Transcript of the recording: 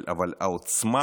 אבל העוצמה